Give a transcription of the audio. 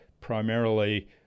primarily